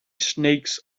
snakes